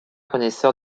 connaisseur